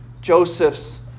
Joseph's